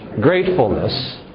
gratefulness